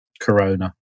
corona